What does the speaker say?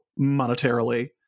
monetarily